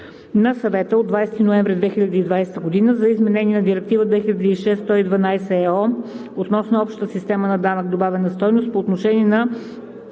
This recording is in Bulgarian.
на Съвета от 20 ноември 2020 г. за изменение на Директива 2006/112/ЕО относно общата система на данъка върху добавената стойност по отношение на